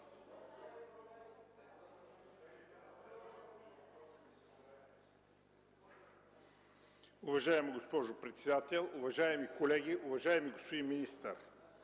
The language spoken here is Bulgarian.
Уважаема госпожо председател, уважаеми колеги! Уважаеми господин министър,